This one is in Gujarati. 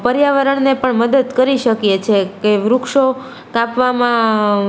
પર્યાવરણને પણ મદદ કરી શકીએ છીએ કે વૃક્ષો કાપવામાં